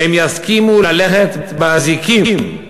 הם יסכימו ללכת באזיקים.